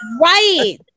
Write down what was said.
Right